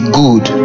good